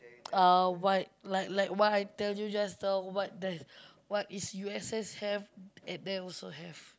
uh what like like what item you just tell what there what is U_S_S have at there also have